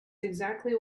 exactly